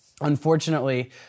unfortunately